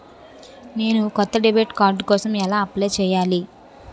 నేను కొత్త debit card కోసం ఎలా అప్లయ్ చేయాలి?